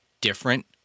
different